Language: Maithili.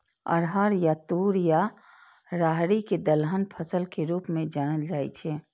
अरहर या तूर या राहरि कें दलहन फसल के रूप मे जानल जाइ छै